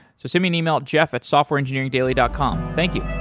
so send me an email at jeff at softwarengineeringdaily dot com. thank you